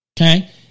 okay